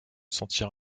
sentir